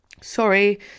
Sorry